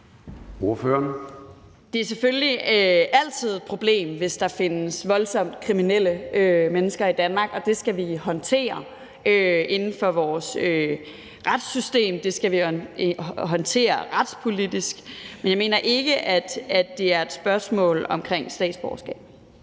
Det er selvfølgelig altid et problem, hvis der findes voldsomt kriminelle mennesker i Danmark, og det skal vi håndtere inden for vores retssystem; det skal vi håndtere retspolitisk. Men jeg mener ikke, at det er et spørgsmål om statsborgerskab.